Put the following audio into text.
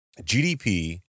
GDP